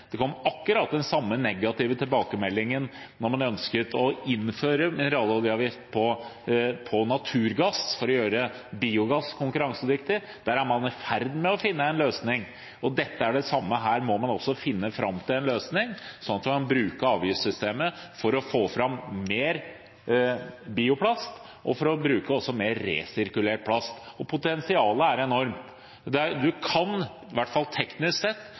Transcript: Det kom akkurat den samme negative tilbakemeldingen da man ønsket å innføre mineraloljeavgift på naturgass for å gjøre biogass konkurransedyktig. Der er man i ferd med å finne en løsning. Dette er det samme, her må man også finne fram til en løsning sånn at vi kan bruke avgiftssystemet for å få fram mer bioplast, og for å bruke mer resirkulert plast. Potensialet er enormt, man kan, i hvert fall teknisk sett,